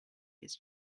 his